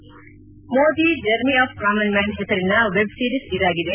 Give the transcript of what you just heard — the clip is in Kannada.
ಮೋದಿ ಜರ್ನಿ ಆಫ್ ಕಾಮನ್ ಮ್ಲಾನ್ ಹೆಸರಿನ ವೆಬ್ಸಿರೀಸ್ ಇದಾಗಿದೆ